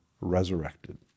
resurrected